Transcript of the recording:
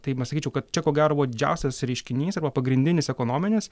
tai pasakyčiau kad čia ko gero buvo didžiausias reiškinys arba pagrindinis ekonominis